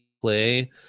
play